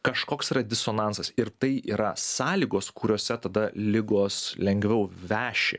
kažkoks yra disonansas ir tai yra sąlygos kuriose tada ligos lengviau veši